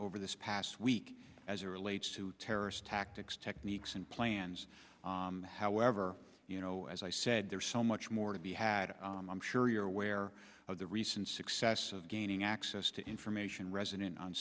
over this past week as it relates to terrorist tactics techniques and plans however you know as i said there's so much more to be had i'm sure you're aware of the recent success of gaining access to information resident